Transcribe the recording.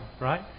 right